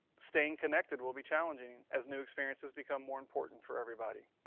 staying connected will be challenging as new experiences become more important for everybody.